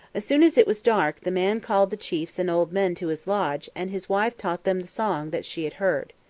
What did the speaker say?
as soon as it was dark, the man called the chiefs and old men to his lodge, and his wife taught them the song that she had heard.